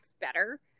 better